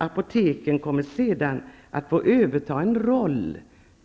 Apoteken kommer sedan att få överta en roll